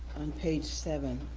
on page seven,